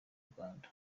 rwanda